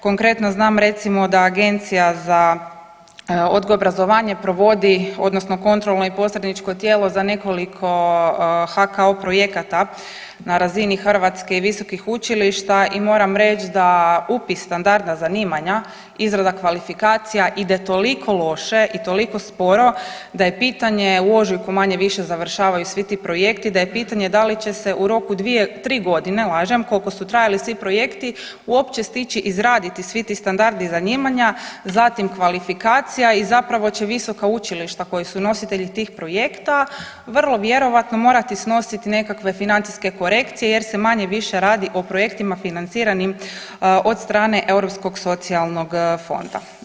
Konkretno, znam recimo da Agencija za odgoj i obrazovanje provodi odnosno kontrolno i posredničko tijelo za nekoliko HKO projekata na razini Hrvatske i visokih učilišta i moram reć da upis standarda zanimanja i izrada kvalifikacija ide toliko loše i toliko sporo da je pitanje, u ožujku manje-više završavaju svi ti projekti, da je pitanje da li će se u roku 2., 3.g., lažem, koliko su trajali svi projekti uopće stići izraditi svi ti standardi zanimanja, zatim kvalifikacija i zapravo će visoka učilišta koji su nositelji tih projekta vrlo vjerojatno morati snositi nekakve financijske korekcije jer se manje-više radi o projektima financiranim od strane Europskog socijalnog fonda.